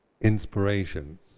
inspirations